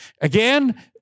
Again